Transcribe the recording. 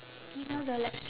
email the lec~